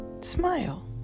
smile